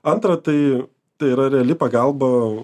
antra tai tai yra reali pagalba